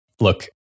Look